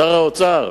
שר האוצר,